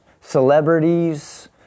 celebrities